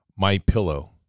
MyPillow